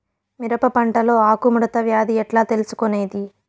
మిరప పంటలో ఆకు ముడత వ్యాధి ఎట్లా తెలుసుకొనేది?